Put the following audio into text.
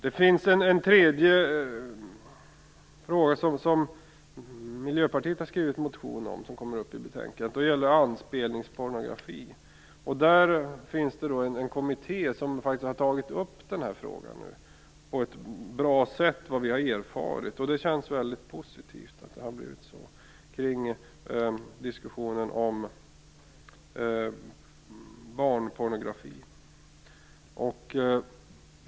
Det finns en tredje fråga, som Miljöpartiet har skrivit en motion om, som kommer upp i detta betänkande, och den gäller anspelningspornografi. Där finns det en kommitté som faktiskt nu har tagit upp frågan om barnpornografi på ett bra sätt, vad vi har erfarit, och det känns väldigt positivt att det har blivit så.